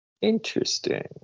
interesting